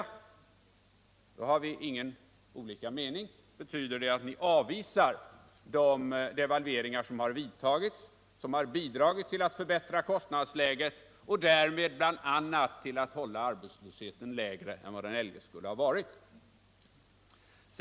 I så fall har vi inte olika mening. Eller betyder det att ni avvisar de devalveringar som har vidtagits och som har bidragit till att förbättra kostnadsläget och därmed bl.a. bidragit till en lägre arbetslöshet än vud som eljest skulle ha varit fallet?